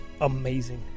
amazing